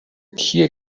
کیه